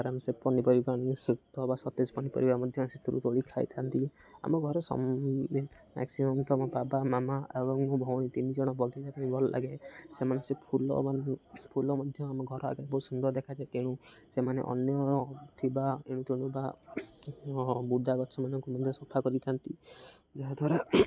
ଆରାମସେ ପନିପରିବା ଶୁଦ୍ଧ ବା ସତେଜ ପନିପରିବା ମଧ୍ୟ ସେଥିରୁ ତୋଳି ଖାଇଥାନ୍ତି ଆମ ଘର ସମ୍ ମ୍ୟାକ୍ସିମମ୍ ତ ଆମ ବାବା ମାମା ଆଉ ଭଉଣୀ ତିନି ଜଣ ପାଇଁ ଭଲ ଲାଗେ ସେମାନେ ସେ ଫୁଲ ଫୁଲ ମଧ୍ୟ ଆମ ଘର ଆଗରେ ବହୁତ ସୁନ୍ଦର ଦେଖାଯାଏ ତେଣୁ ସେମାନେ ଅନ୍ୟ ଥିବା ଏଣୁ ତେଣୁ ବା ବୃଧାାଗଛ ସେମାନଙ୍କୁ ମଧ୍ୟ ସଫା କରିଥାନ୍ତି ଯାହାଦ୍ୱାରା